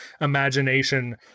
imagination